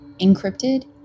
encrypted